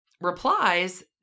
replies